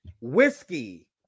Whiskey